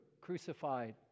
crucified